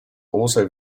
also